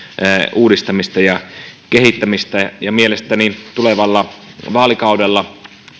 uudistamista ja kehittämistä mielestäni tulevalla vaalikaudella